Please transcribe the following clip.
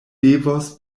devos